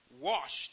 washed